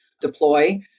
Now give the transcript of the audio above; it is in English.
deploy